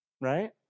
right